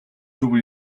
төв